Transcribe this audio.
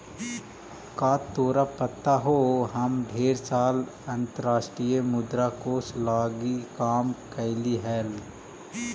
का तोरा पता हो हम ढेर साल अंतर्राष्ट्रीय मुद्रा कोश लागी काम कयलीअई हल